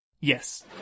Yes